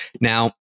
Now